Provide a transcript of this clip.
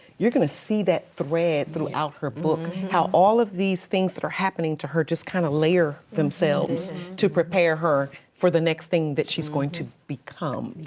you're gonna see that thread throughout her book. how all of these things that are happening to her just kind of layer themselves to prepare her for the next thing that she's going to become.